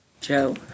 Joe